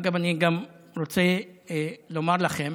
אגב, אני גם רוצה לומר לכם